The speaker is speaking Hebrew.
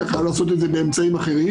אתה חייב לעשות את זה באמצעים אחרים